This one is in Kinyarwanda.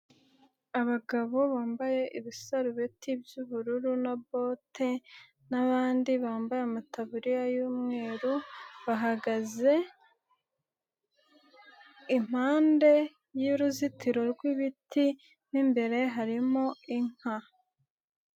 Abagabo bambaye ibisarubeti by'ubururu na bote n'abandi bambaye amataburiya y'umweru, bahagaze impande y'uruzitiro rw'ibiti, mo imbere harimo inka.